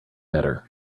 better